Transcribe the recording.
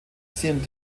sind